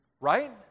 Right